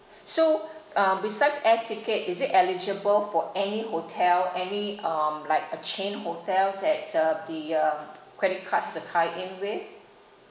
so uh besides air ticket is it eligible for any hotel any um like a chain hotel that uh the uh credit cards have a tie in with